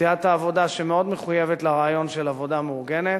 סיעת העבודה שמאוד מחויבת לרעיון של עבודה מאורגנת,